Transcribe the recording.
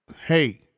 hey